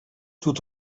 tout